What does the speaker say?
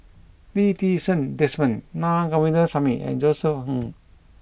Lee Ti Seng Desmond Naa Govindasamy and Josef Ng